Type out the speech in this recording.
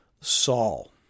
Saul